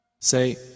Say